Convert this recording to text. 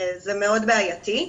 זה מאוד בעייתי.